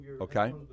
Okay